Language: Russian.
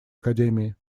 академии